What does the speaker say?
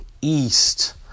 east